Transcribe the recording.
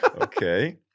Okay